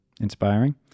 inspiring